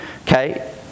Okay